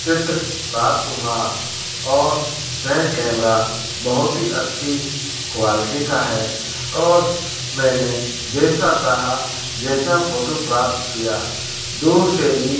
चित्र प्राप्त हुआ और वह कैमरा बहुत ही अच्छी क्वालटी का है और मैंने जैसा चाहा जैसा फोटू प्राप्त किया दूर से भी